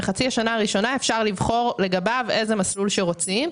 בחצי השנה הראשונה אפשר לבחור לגביו איזה מסלול שרוצים,